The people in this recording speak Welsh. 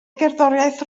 gerddoriaeth